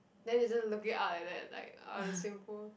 then is just looking up like that like out of the swimming pool